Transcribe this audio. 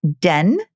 den